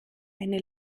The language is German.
eine